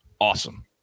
awesome